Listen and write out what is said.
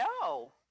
no